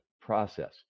process